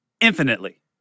infinitely